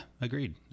agreed